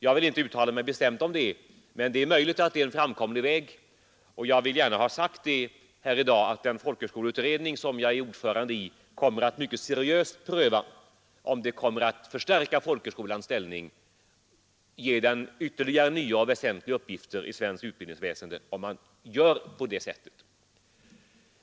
Jag vill inte uttala mig bestämt om det, men det är möjligt att det är en framkomlig väg, och jag vill gärna ha sagt att den folkhögskoleutredning som jag är ordförande i kommer att mycket seriöst pröva om det kan komma att stärka folkhögskolans ställning i svenskt utbildningsväsende om man gör på det sättet.